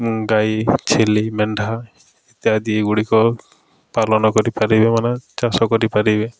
ଗାଈ ଛେଲି ମେଣ୍ଢା ଇତ୍ୟାଦି ଗୁଡ଼ିକ ପାଳନ କରିପାରିବେ ମାନେ ଚାଷ କରିପାରିବେ